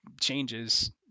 changes